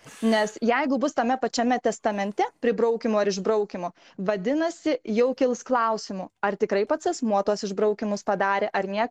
nes jeigu bus tame pačiame testamente pribraukymų ar išbraukymų vadinasi jau kils klausimų ar tikrai pats asmuo tuos išbraukymus padarė ar ne